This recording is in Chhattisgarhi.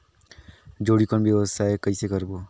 जोणी कौन व्यवसाय कइसे करबो?